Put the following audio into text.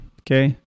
okay